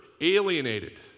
alienated